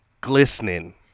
Glistening